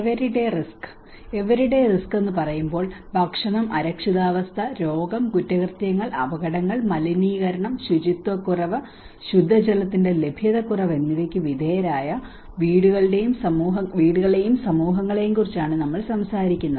everyday risk everyday risk എന്ന് പറയുമ്പോൾ ഭക്ഷണം അരക്ഷിതാവസ്ഥ രോഗം കുറ്റകൃത്യങ്ങൾ അപകടങ്ങൾ മലിനീകരണം ശുചിത്വക്കുറവ് ശുദ്ധജലത്തിന്റെ ലഭ്യതക്കുറവ് എന്നിവയ്ക്ക് വിധേയരായ വീടുകളെയും സമൂഹങ്ങളെയും കുറിച്ചാണ് നമ്മൾ സംസാരിക്കുന്നത്